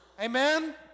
amen